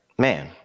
Man